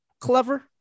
clever